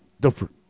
different